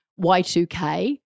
Y2K